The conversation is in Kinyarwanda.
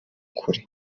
kure